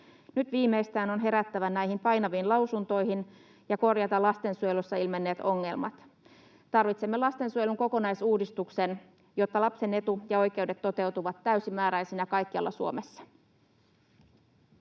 Nyt viimeistään on herättävä näihin painaviin lausuntoihin ja korjattava lastensuojelussa ilmenneet ongelmat. Tarvitsemme lastensuojelun kokonaisuudistuksen, jotta lapsen etu ja oikeudet toteutuvat täysimääräisinä kaikkialla Suomessa.